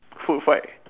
food fight